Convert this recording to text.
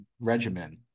regimen